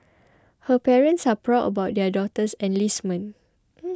her parents are proud about their daughter's enlistment